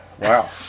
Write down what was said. Wow